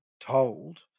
told